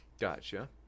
Gotcha